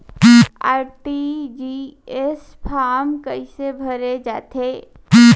RTGS form कइसे भरे जाथे?